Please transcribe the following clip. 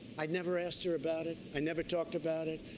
i never asked her about it, i never talked about it,